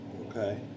Okay